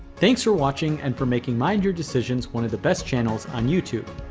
thanks for watching and for making mind your decisions one of the best channels on youtube.